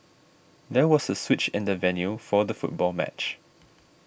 there was a switch in the venue for the football match